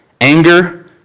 anger